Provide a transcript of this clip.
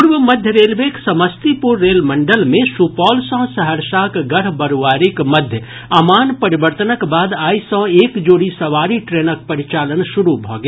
पूर्व मध्य रेलवेक समस्तीपुर रेल मंडल मे सुपौल सँ सहरसाक गढ़बरूआरीक मध्य आमान परिवर्तनक बाद आइ सँ एक जोड़ी सवारी ट्रेनक परिचालन शुरू भऽ गेल